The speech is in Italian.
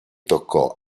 toccò